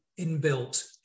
inbuilt